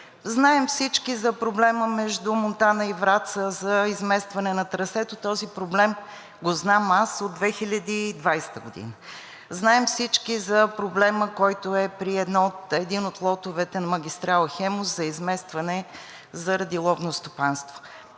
Знаем всички за проблема между Монтана и Враца, за изместване на трасето. Този проблем го знам аз от 2020 г. Знаем всички за проблема, който е при един от лотовете на магистрала „Хемус“ за изместване заради ловно стопанство.